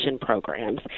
programs